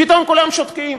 פתאום כולם שותקים.